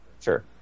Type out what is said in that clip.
Sure